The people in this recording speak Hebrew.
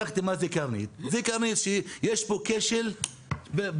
בדקתי מה זה "קרנית" והבנתי שיש פה כשל בביטוח.